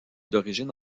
d’origine